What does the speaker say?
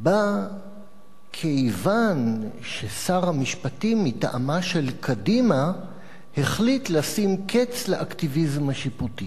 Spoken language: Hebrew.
בא כיוון ששר המשפטים מטעמה של קדימה החליט לשים קץ לאקטיביזם השיפוטי.